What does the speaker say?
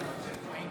האם